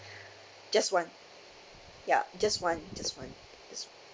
just one ya just one just one just one